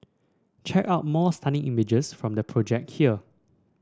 check out more stunning images from the project here